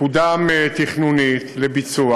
מקודם תכנונית לביצוע